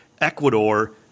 Ecuador